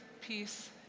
peace